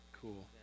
Cool